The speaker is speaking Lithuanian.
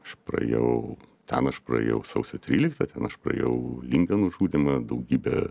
aš praėjau ten aš praėjau sausio tryliktą ten aš praėjau lingio nužudymą daugybę